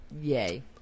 Yay